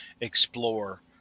explore